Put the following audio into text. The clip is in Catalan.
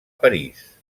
parís